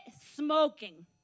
smoking